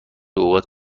اوقات